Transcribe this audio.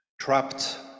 Trapped